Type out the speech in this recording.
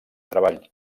treball